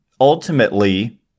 ultimately